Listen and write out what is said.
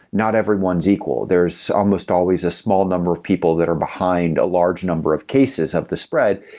not everyone's equal. there's almost always a small number of people that are behind a large number of cases of the spread.